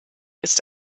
ist